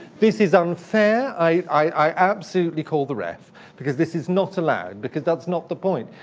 this is unfair. i absolutely call the ref because this is not allowed, because that's not the point.